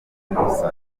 kigo